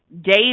days